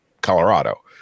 Colorado